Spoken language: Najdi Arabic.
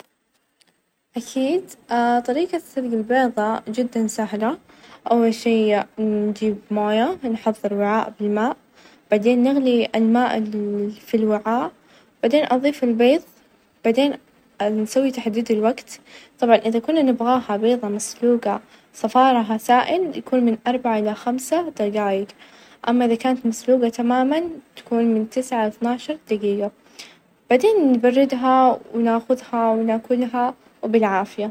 أكيد طريقة تحضير كوب من الشاهي جدا سهل أول شي مكوناتها ثلاث مكونات الماء والشاهي والسكر بعدين نجيب موية حارة نسكبها على-ال- أوراق الشاهي، ونتركها تتخمر لمدة ثلاث، أو خمس دقايق، بعدين اظيف لها السكر يعني اختياري وتتقدم، وبالعافية.